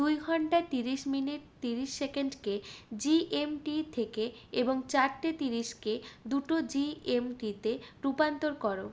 দুই ঘন্টা তিরিশ মিনিট তিরিশ সেকেন্ড কে জি এম টি থেকে এবং চারটে তিরিশ কে দুটো জি এম টি তে রুপান্তর কর